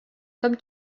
comme